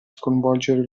sconvolgere